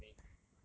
send it to me